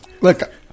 look